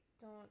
don't-